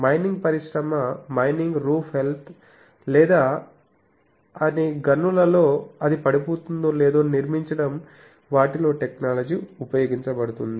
mining పరిశ్రమ mining roof health లేదా అని గనులలో అది పడిపోతుందో లేదో నిర్మించడం వాటిలో టెక్నాలజీ ఉపయోగించబడుతుంది